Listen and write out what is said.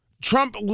Trump